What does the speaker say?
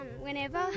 whenever